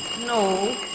No